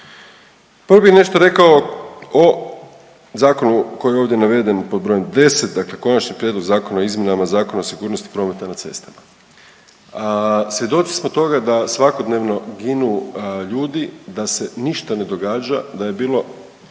Prvo bih nešto rekao o zakonu koji je ovdje naveden pod brojem 10 dakle Konačni prijedlog Zakona o izmjenama i Zakona o sigurnosti prometa na cestama, svjedoci smo toga da svakodnevno ginu ljudi da se ništa ne događa, da je bilo